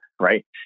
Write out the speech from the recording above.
right